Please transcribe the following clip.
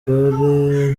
bagore